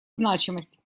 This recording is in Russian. значимость